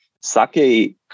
sake